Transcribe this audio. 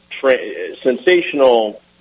sensational